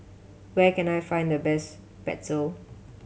where can I find the best Pretzel